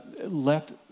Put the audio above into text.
let